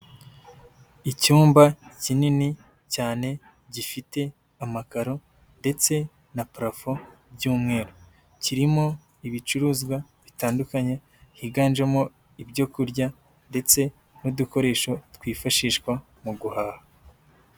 Icyumba kinini cyane gifite amakaro ndetse na purafo by'umweru, kirimo ibicuruzwa bitandukanye, higanjemo ibyo kurya ndetse n'udukoresho twifashishwa mu guhaha.